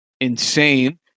insane